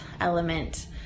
element